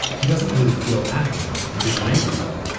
he doesn't really feel at home with his neighbors there.